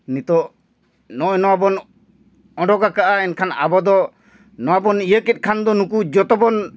ᱱᱤᱛᱳᱜ ᱱᱚᱜᱼᱚᱭ ᱱᱚᱣᱟ ᱵᱚᱱ ᱚᱰᱚᱠ ᱠᱟᱜᱼᱟ ᱮᱱᱠᱷᱟᱱ ᱟᱵᱚ ᱫᱚ ᱱᱚᱣᱟ ᱵᱚᱱ ᱤᱭᱟᱹ ᱠᱮᱫ ᱠᱷᱟᱱ ᱫᱚ ᱱᱩᱠᱩ ᱡᱷᱚᱛᱚ ᱵᱚᱱ